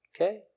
okay